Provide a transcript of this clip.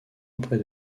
auprès